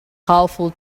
powerful